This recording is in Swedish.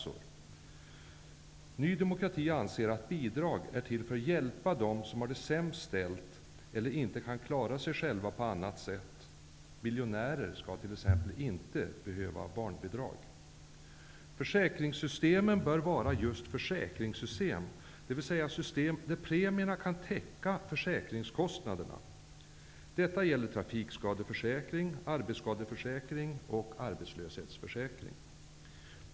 Ny demokrati anser att bidrag är till för att hjälpa dem som har det sämst ställt eller inte kan klara sig själva på annat sätt. Miljonärer t.ex. skall inte behöva barnbidrag. Försäkringssystemen bör vara just försäkringssystem, dvs. system där premierna kan täcka försäkringskostnaderna. Detta gäller trafikskadeförsäkring, arbetsskadeförsäkring och arbetslöshetsförsäkring.